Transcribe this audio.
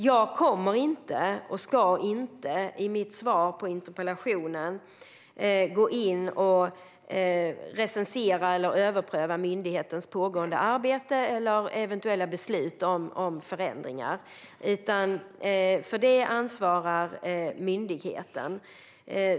Jag kommer inte att, och jag ska inte, i mitt svar på interpellationen gå in och recensera eller överpröva myndighetens pågående arbete eller eventuella beslut om förändringar. För detta ansvarar myndigheten.